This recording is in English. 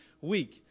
week